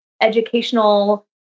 educational